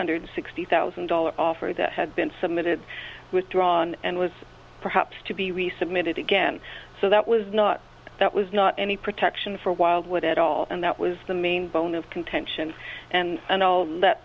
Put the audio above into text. hundred sixty thousand dollars offer that had been submitted withdrawn and was perhaps to be resubmitted again so that was not that was not any protection for wildwood at all and that was the main bone of contention and all that